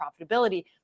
profitability